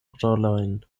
rolojn